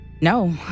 No